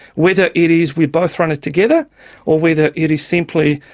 whether it is we both run it together or whether it is simply,